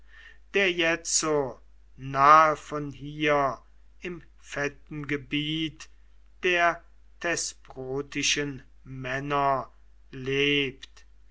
der jetzo nahe von hier im fetten gebiet der thesprotischen männer lebt